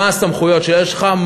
מה הסמכויות שיש לך?